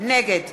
נגד